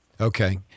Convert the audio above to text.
Okay